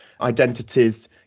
identities